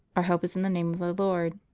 our help is in the name of the lord.